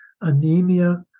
anemia